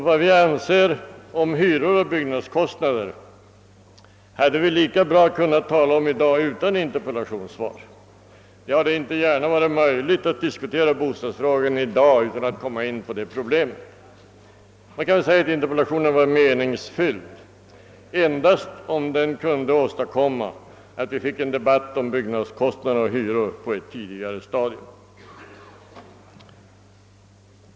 Vad vi anser om hyror och byggnadskostnader hade vi dock lika väl kunnat tala om i dag utan något interpellationssvar. Det hade inte gärna varit möjligt att diskutera bostadsfrågan i dag utan att komma in på detta problem. Interpellationen var meningsfylld endast om den kunde åstadkomma en debatt om bostadskostnader och hyror på ett tidigare stadium.